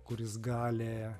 kuris gali